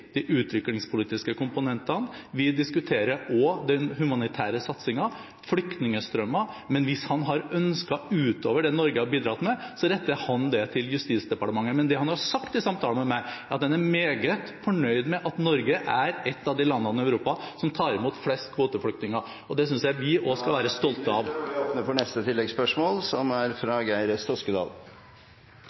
de utviklingspolitiske komponentene, vi diskuterer også den humanitære satsingen og flyktningstrømmer, men hvis han har ønsker utover det Norge har bidratt med, retter han det til Justisdepartementet. Men det han har sagt i samtaler med meg, er at han er meget fornøyd med at Norge er et av de landene i Europa som tar imot flest kvoteflyktninger. Det synes jeg vi også skal være stolte av. Geir S. Toskedal – til oppfølgingsspørsmål. Flyktningkatastrofen opptar oss alle. Det er